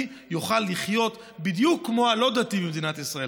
יוכל לחיות בדיוק כמו הלא-דתי במדינת ישראל.